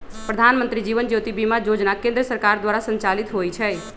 प्रधानमंत्री जीवन ज्योति बीमा जोजना केंद्र सरकार द्वारा संचालित होइ छइ